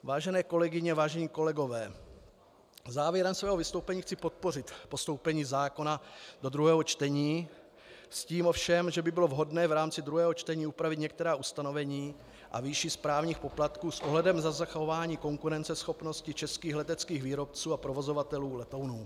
Vážené kolegyně, vážení kolegové, závěrem svého vystoupení chci podpořit postoupení zákona do druhého čtení, s tím ovšem, že by bylo vhodné v rámci druhého čtení upravit některá ustanovení a výši správních poplatků s ohledem na zachování konkurenceschopnosti českých leteckých výrobců a provozovatelů letounů.